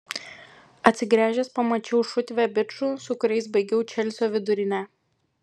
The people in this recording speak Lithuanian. atsigręžęs pamačiau šutvę bičų su kuriais baigiau čelsio vidurinę